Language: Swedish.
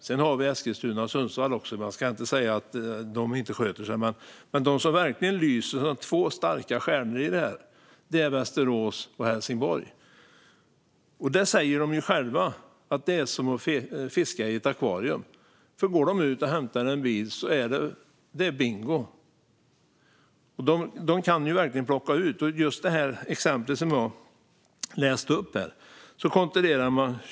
Sedan finns Eskilstuna och Sundsvall också, och vi ska inte säga att de inte sköter sig, men de som verkligen lyser som två starka stjärnor är Västerås och Helsingborg. De säger själva att det är som att fiska i ett akvarium. Om de hämtar en bil är det bingo. Jag tog upp ett exempel där 20 ekipage kontrollerades.